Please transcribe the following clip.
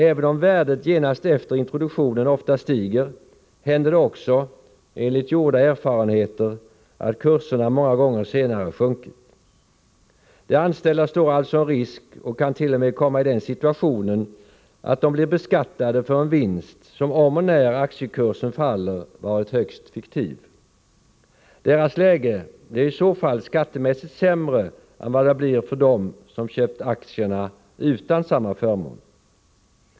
Även om värdet genast efter introduktionen ofta stiger, händer det också, enligt gjorda erfarenheter, att kurserna senare många gånger sjunker. De anställda tar alltså en risk och kant.o.m. komma i den situationen att de blir beskattade för en vinst som, om och när aktiekursen faller, varit högst fiktiv. Deras läge blir i så fall skattemässigt sämre än vad det blir för dem som köpt aktierna utan samma förmån.